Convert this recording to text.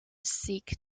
seek